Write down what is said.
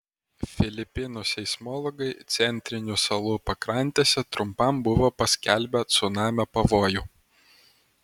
filipinų seismologai centrinių salų pakrantėse trumpam buvo paskelbę cunamio pavojų